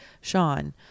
Sean